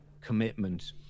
commitment